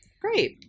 great